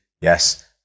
yes